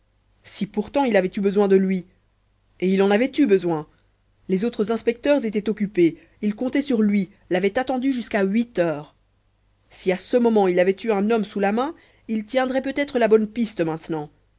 si pourtant il avait eu besoin de lui et il en avait eu besoin les autres inspecteurs étaient occupés il comptait sur lui l'avait attendu jusqu'à huit heures si à ce moment il avait eu un homme sous la main il tiendrait peut-être la bonne piste maintenant